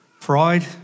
pride